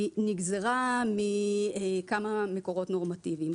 היא נגזרה מכמה מקורות נורמטיביים.